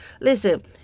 Listen